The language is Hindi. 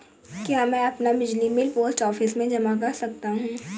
क्या मैं अपना बिजली बिल पोस्ट ऑफिस में जमा कर सकता हूँ?